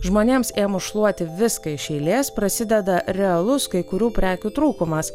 žmonėms ėmus šluoti viską iš eilės prasideda realus kai kurių prekių trūkumas